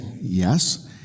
Yes